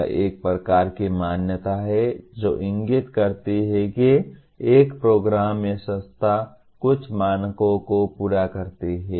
यह एक प्रकार की मान्यता है जो इंगित करती है कि एक प्रोग्राम या संस्था कुछ मानकों को पूरा करती है